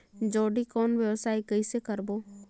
जोणी कौन व्यवसाय कइसे करबो?